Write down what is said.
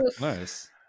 nice